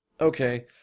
Okay